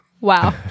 Wow